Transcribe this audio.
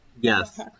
Yes